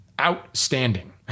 outstanding